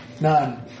None